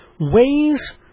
ways